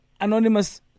anonymous